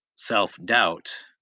self-doubt